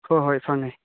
ꯍꯣꯏ ꯍꯣꯏ ꯐꯪꯉꯤ